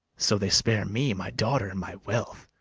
so they spare me, my daughter, and my wealth.